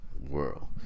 world